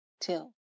till